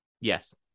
Yes